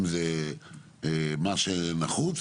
אם זה מה שנחוץ.